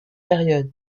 période